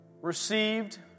received